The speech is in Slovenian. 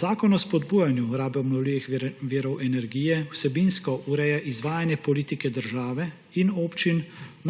Zakon o spodbujanju rabe obnovljivih virov energije vsebinsko ureja izvajanje politike države in občin